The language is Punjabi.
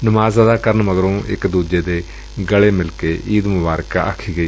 ਨਮਾਜ਼ ਅਦਾ ਕਰਨ ਮਗਰੋਂ ਇਕ ਦੁਜੇ ਦੇ ਗਲੇ ਲੱਗ ਕੇ ਈਦ ਮੁਬਾਰਕ ਕਹੀ ਗਈ